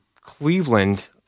Cleveland